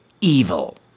evil